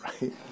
right